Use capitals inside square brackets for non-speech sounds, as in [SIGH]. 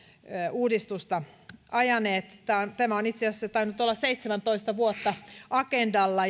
uudistusta ajaneet tämä on tämä on itse asiassa tainnut olla seitsemäntoista vuotta agendalla [UNINTELLIGIBLE]